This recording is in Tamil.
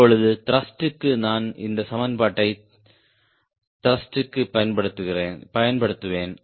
இப்பொழுது த்ருஷ்ட்க்கு நான் இந்த சமன்பாட்டை திருஷ்டிக்கு பயன்படுத்துவேன்